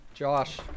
Josh